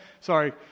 Sorry